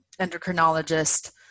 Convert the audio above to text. endocrinologist